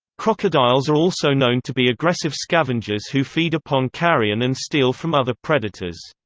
crocodiles are also known to be aggressive scavengers who feed upon carrion and steal from other predators.